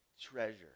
treasure